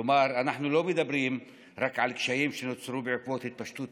כלומר אנחנו לא מדברים רק על קשיים שנוצרו בעקבות התפשטות